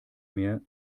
mehr